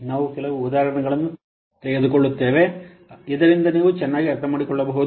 ನಾವು ಕೆಲವು ಉದಾಹರಣೆಗಳನ್ನು ತೆಗೆದುಕೊಳ್ಳುತ್ತೇವೆ ಇದರಿಂದ ನೀವು ಚೆನ್ನಾಗಿ ಅರ್ಥಮಾಡಿಕೊಳ್ಳಬಹುದು